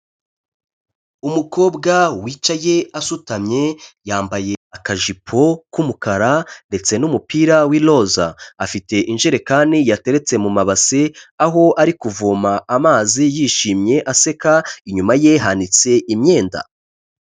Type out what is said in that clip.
Umukobwa wicaye asutamye, yambaye akajipo k'umukara ndetse n'umupira w'iroza. Afite injerekani yateretse mu mabasi, aho ari kuvoma amazi yishimye aseka, inyuma ye hanitse imyenda.